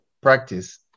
practice